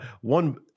one